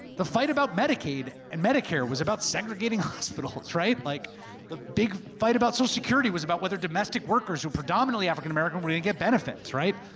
the fight about medicaid and medicare was about segregating hospitals, right? like the big fight about social so security was about whether domestic workers, who are predominantly africa american, were going to get benefits, right?